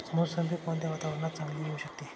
मोसंबी कोणत्या वातावरणात चांगली येऊ शकते?